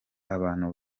abantu